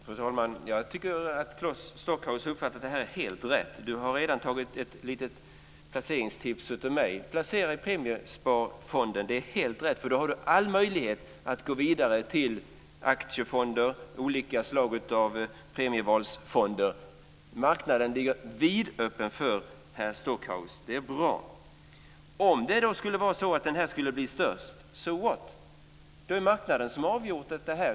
Fru talman! Jag tycker att Claes Stockhaus har uppfattat det här helt rätt. Han har redan tagit ett litet placeringstips från mig. Att placera i Premiesparfonden är helt rätt. Då har man all möjlighet att gå vidare till aktiefonder och olika slag av premievalsfonder. Marknaden ligger vidöppen för herr Stockhaus. Det är bra. Om det skulle vara så att den här blir störst - so what? Då är det ju marknaden som har avgjort det.